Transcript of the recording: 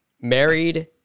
married